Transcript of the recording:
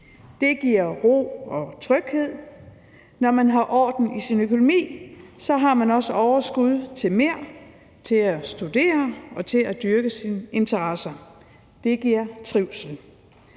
Det giver ro og tryghed. Når man har orden i sin økonomi, har man også overskud til mere: til at studere og til at dyrke sine interesser. Det giver trivsel.